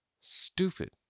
Stupid